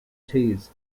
tees